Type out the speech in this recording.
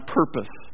purpose